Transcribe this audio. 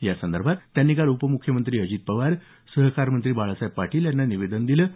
यासंदर्भात त्यांनी काल उपमुख्यमंत्री अजित पवार सहकार मंत्री बाळासाहेब पाटील यांना निवेदन दिलं आहे